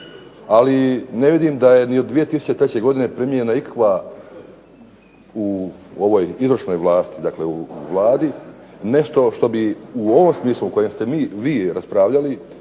ali ne vidim da je ni od 2003. godine primljena ikakva u ovoj izvršnoj vlasti dakle u Vladi, nešto što bi u ovom smislu u kojem ste vi raspravljali